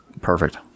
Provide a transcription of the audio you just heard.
perfect